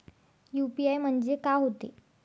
UPI म्हणजे का होते?